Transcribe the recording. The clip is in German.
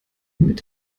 mit